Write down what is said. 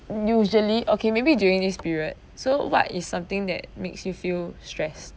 usually okay maybe during this period so what is something that makes you feel stressed